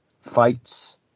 fights